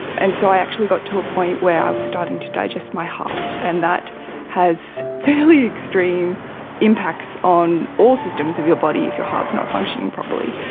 and so i actually got to a point where i was starting to digest my heart. and that has fairly extreme impacts on all systems of your body if your heart is not functioning properly.